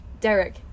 Derek